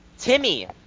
Timmy